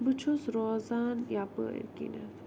بہٕ چھُس روزان یَپٲرۍ کِنٮ۪تھ